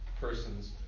persons